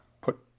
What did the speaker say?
put